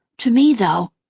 to me, though,